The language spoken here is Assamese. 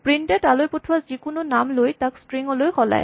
প্ৰিন্ট এ তালৈ পঠোৱা যিকোনো নাম লৈ তাক স্ট্ৰিং লৈ সলায়